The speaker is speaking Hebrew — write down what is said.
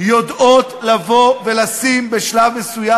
יודעות לבוא ולשים בשלב מסוים,